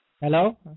Hello